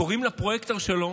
קוראים לפרויקטור שלו